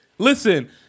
Listen